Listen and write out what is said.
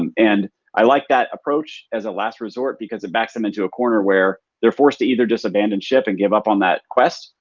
um and i like that approach as a last resort because it backs them into a corner where they're forced to either just abandon ship and give up on that quest,